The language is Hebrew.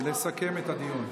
לסכם את הדיון.